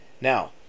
Now